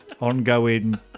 ongoing